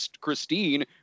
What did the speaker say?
Christine